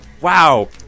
Wow